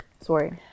Sorry